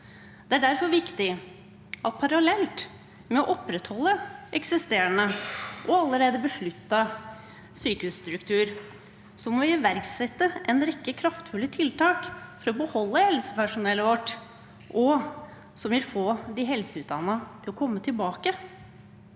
Det er derfor viktig at parallelt med å opprettholde en allerede eksisterende og besluttet sykehusstruktur, må vi iverksette en rekke kraftfulle tiltak for å beholde helsepersonellet vårt – tiltak som vil få de helseutdannede tilbake.